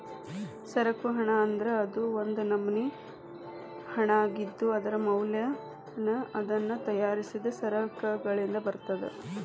ಸರಕು ಹಣ ಅಂದ್ರ ಅದು ಒಂದ್ ನಮ್ನಿ ಹಣಾಅಗಿದ್ದು, ಅದರ ಮೌಲ್ಯನ ಅದನ್ನ ತಯಾರಿಸಿದ್ ಸರಕಗಳಿಂದ ಬರ್ತದ